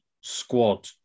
squad